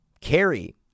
Carrie